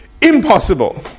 impossible